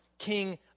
king